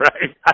right